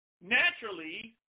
Naturally